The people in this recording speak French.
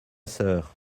sœur